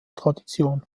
tradition